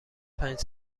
پنج